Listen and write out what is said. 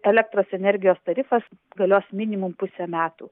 elektros energijos tarifas galios minimum pusę metų